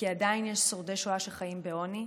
כי עדיין יש שורדי שואה שחיים בעוני.